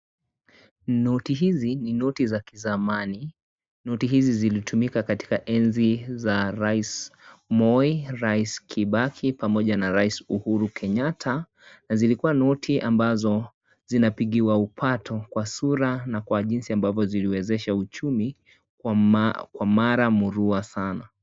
Noti hizi ni noti za kizamani noti hizi zilitumika katika enzi za rais Moi raisKibaki pamoja na rais Uhuru Kenyatta na zilikuwa noti ambazo zina[pigiwa upato kwa sura na kwa jinsi ambavyo ziliwezesha uchumi kwa mara murua sana.